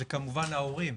זה כמובן ההורים.